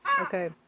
Okay